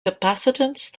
capacitance